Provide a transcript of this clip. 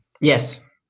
Yes